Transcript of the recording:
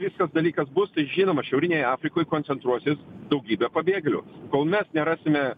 viskas dalykas bus tai žinoma šiaurinėje afrikoj koncentruosis daugybė pabėgėlių kol mes nerasime